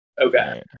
Okay